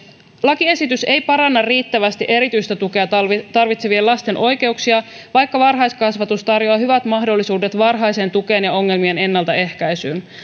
lakiesitys ei paranna riittävästi erityistä tukea tarvitsevien lasten oikeuksia vaikka varhaiskasvatus tarjoaa hyvät mahdollisuudet varhaiseen tukeen ja ongelmien ennaltaehkäisyyn